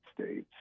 States